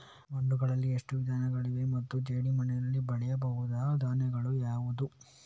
ಮಣ್ಣುಗಳಲ್ಲಿ ಎಷ್ಟು ವಿಧಗಳಿವೆ ಮತ್ತು ಜೇಡಿಮಣ್ಣಿನಲ್ಲಿ ಬೆಳೆಯಬಹುದಾದ ಧಾನ್ಯಗಳು ಯಾವುದು?